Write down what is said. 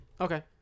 Okay